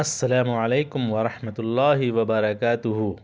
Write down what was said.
السلام علیکم ورحمۃ اللہ وبرکاتہ